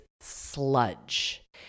sludge